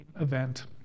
event